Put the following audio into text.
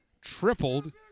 tripled